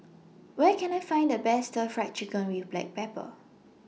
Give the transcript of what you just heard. Where Can I Find The Best Stir Fried Chicken with Black Pepper